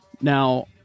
Now